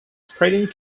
spreading